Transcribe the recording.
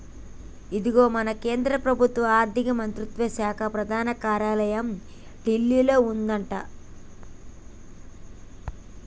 ఇగో మన కేంద్ర ప్రభుత్వ ఆర్థిక మంత్రిత్వ శాఖ ప్రధాన కార్యాలయం ఢిల్లీలో ఉందట